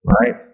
Right